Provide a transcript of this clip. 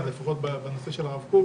לפחות בנושא של הרב קוק